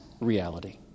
reality